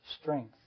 strength